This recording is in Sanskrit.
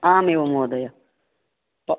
आम् एव महोदय